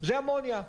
זה אמוניה.